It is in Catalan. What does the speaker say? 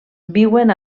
viuen